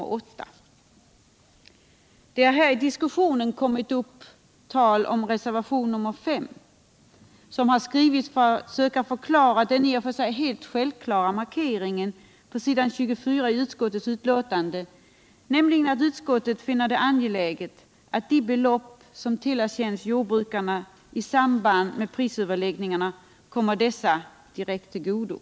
Nr 54 Det har i diskussionen uppkommit tal om att reservationen 5 skrivits Fredagen den för att söka förklara en i och för sig helt självklar markering på s. 24 16 december 1977 i utskottets betänkande, nämligen att utskottet finner det angeläget att de belopp som tillerkänts jordbrukarna i samband med prisöverläggning = Jordbrukspolitiarna kommer dessa direkt till godo.